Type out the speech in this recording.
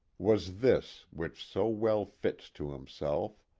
was this which so well fits to himself